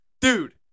Dude